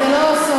וזה לא סוד,